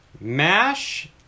mash